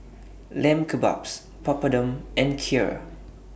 Lamb Kebabs Papadum and Kheer